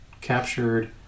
captured